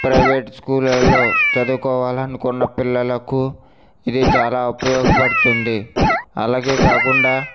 private స్కూళ్ళలో చదువుకోవాలి అనుకున్న పిల్లలకు ఇది చాలా ఉపయోగపడుతుంది అలాగే కాకుండా